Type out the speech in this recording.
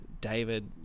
david